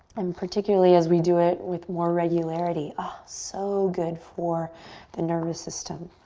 and particularly as we do it with more regularity, ah so good for the nervous system.